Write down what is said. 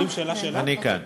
אני כאן.